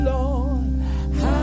Lord